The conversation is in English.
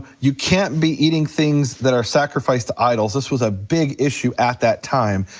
you can't be eating things that are sacrificed to idols, this was a big issue at that time.